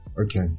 Okay